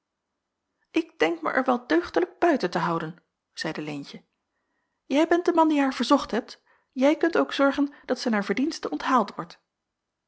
ik denk er mij wel deugdelijk buiten te houden zeide leentje jij bent de man die haar verzocht hebt jij kunt ook zorgen dat zij naar verdienste onthaald wordt